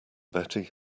betty